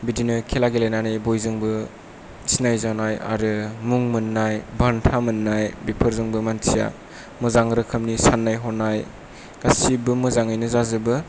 बिदिनो खेला गेलेनानै बयजोंबो सिनायजानाय आरो मुं मोननाय बान्था मोननाय बेफोरजोंबो मानसिया मोजां रोखोमनि साननाय हनाय गासिबो मोजाङैनो जाजोबो